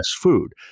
food